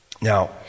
Now